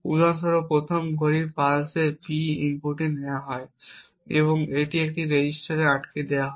উদাহরণস্বরূপ প্রথম ঘড়ির পালসে P ইনপুট নেওয়া হয় এবং এটি এই রেজিস্টারে আটকে দেওয়া হয়